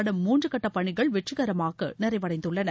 ஜிசாட் மூன்றுகட்டபணிகள் வெற்றிகரமாகநிறைவடைந்துள்ளன